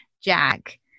Jack